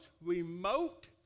remote